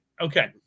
Okay